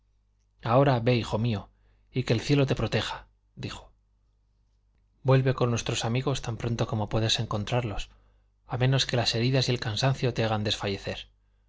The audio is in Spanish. ahora ve hijo mío y que el cielo te proteja dijo vuelve con nuestros amigos tan pronto como puedas encontrarlos a menos que las heridas y el cansancio te hagan desfallecer